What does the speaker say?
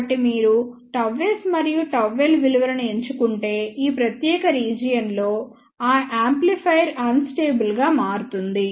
కాబట్టి మీరుΓs మరియు ΓL విలువలను ఎంచుకుంటే ఈ ప్రత్యేక రీజియన్ లోఆ యాంప్లిఫైయర్ అన్ స్టేబుల్ గా మారుతుంది